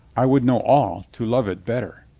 i would know all to love it better.